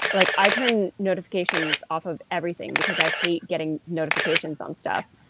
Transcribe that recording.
like i turned notifications off of everything, because i hate getting notifications on stuff,